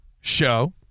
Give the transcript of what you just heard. show